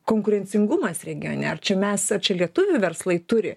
konkurencingumas regione ar čia mes ar čia lietuvių verslai turi